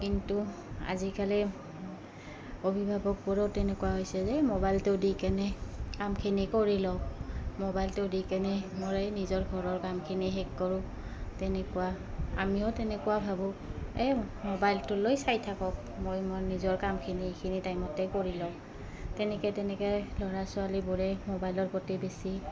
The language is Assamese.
কিন্তু আজিকালি অভিভাৱকবোৰেও তেনেকুৱা হৈছে যে মোবাইলটো দি কেনে কামখিনি কৰি লওঁ মোবাইলটো দি কেনে মই নিজৰ ঘৰৰ কামখিনি শেষ কৰোঁ তেনেকুৱা আমিও তেনেকুৱা ভাবোঁ এই মোবাইলটো লৈ চাই থাকক মই মোৰ নিজৰ কামখিনি এইখিনি টাইমতে কৰি লওঁ তেনেকৈ তেনেকৈ ল'ৰা ছোৱালীবোৰে মোবাইলৰ প্ৰতি বেছি